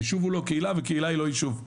ישוב הוא לא קהילה וקהילה היא לא יישוב.